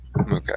Okay